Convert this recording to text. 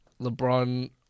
LeBron